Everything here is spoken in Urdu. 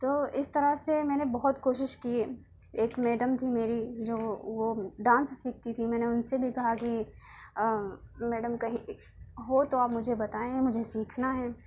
تو اس طرح سے میں نے بہت کوشش کی ایک میڈیم تھیں میری جو وہ ڈانس سیکھتی تھیں میں نے ان سے بھی کہا کہ میڈیم کہیں ہو تو آپ مجھے بتائیں مجھے سیکھنا ہے